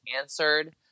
answered